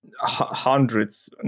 hundreds